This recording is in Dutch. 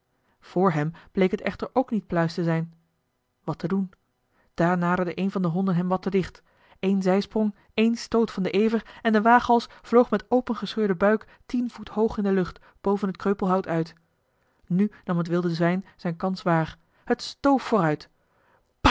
vor hem bleek het echter ook niet pluis te zijn wat te doen daar naderde een van de honden hem wat te dicht eén zijsprong éen stoot van den ever en de waaghals vloog met opengescheurden buik tien voet hoog in de lucht boven het kreupelhout uit nu nam het wilde zwijn zijne kans waar het stoof vooruit